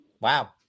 Wow